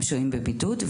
הם שוהים בבידוד,